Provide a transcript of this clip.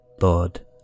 Lord